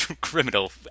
criminal